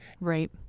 Right